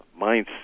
mindset